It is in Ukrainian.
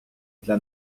для